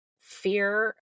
Fear